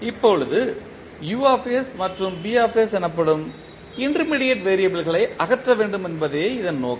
இப்போது U மற்றும் B எனப்படும் இன்டெர்மீடியேட் வெறியபிள்களை அகற்ற வேண்டும் என்பதே இதன் நோக்கம்